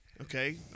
Okay